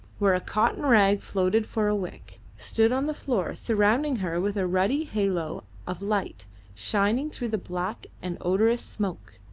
where a cotton rag floated for a wick, stood on the floor, surrounding her with a ruddy halo of light shining through the black and odorous smoke.